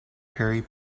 harry